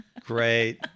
Great